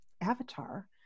avatar